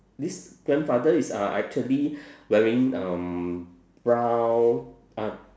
this grandfather is uh actually wearing um brown ah